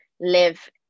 live